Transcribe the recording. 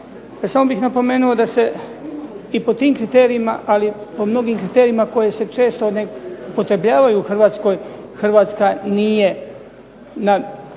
Samo bih napomenuo da se i po tim kriterijima, ali i po mnogim kriterijima koji se često ne upotrebljavaju u Hrvatskoj Hrvatska nije na